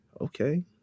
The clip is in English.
okay